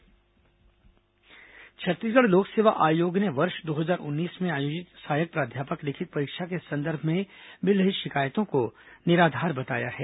लोक सेवा आयोग परीक्षा छत्तीसगढ़ लोक सेवा आयोग ने वर्ष दो हजार उन्नीस में आयोजित सहायक प्राध्यापक लिखित परीक्षा के संदर्भ में मिल रही शिकायतों को निराधार बताया है